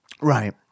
Right